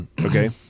Okay